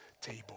table